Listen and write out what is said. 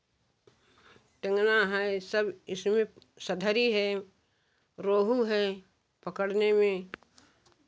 टेंगना है सब इसमें सदहरी है रोहू है पकड़ने में